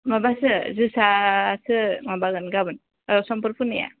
माबासो जोसासो माबागोन गाबोन ओ समफोर फोनाया